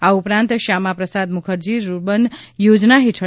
આ ઉપરાંત શ્યામા પ્રસાદ મુખર્જી રૂર્બન યોજના હેઠળ